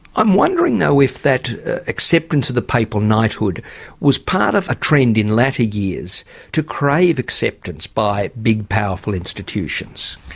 i'm wondering though if that acceptance of the papal knighthood was part of a trend in latter years to crave acceptance by big powerful institutions?